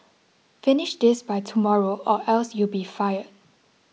finish this by tomorrow or else you'll be fired